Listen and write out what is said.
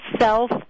self